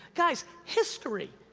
guys, history,